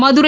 Madurai